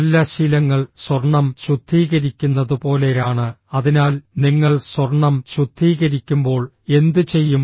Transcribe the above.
നല്ല ശീലങ്ങൾ സ്വർണം ശുദ്ധീകരിക്കുന്നത് പോലെയാണ് അതിനാൽ നിങ്ങൾ സ്വർണം ശുദ്ധീകരിക്കുമ്പോൾ എന്തുചെയ്യും